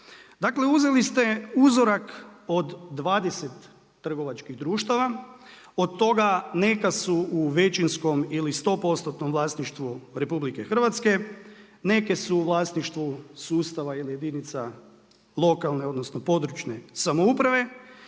uzeli ste uzorak od 20 trgovačkih društava, od toga, neka su u većinskom ili 100% vlasništvu RH, neke su u vlasništvu sustava ili jedinica lokalne područne samouprave.